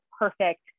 perfect